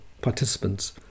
participants